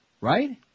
Right